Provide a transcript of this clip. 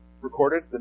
recorded